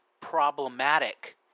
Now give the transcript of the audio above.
problematic